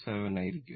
07 ആയിരിക്കും